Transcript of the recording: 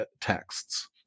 texts